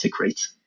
rates